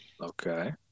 Okay